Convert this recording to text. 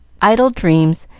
idle dreams,